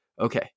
Okay